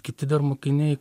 kiti dar mokiniai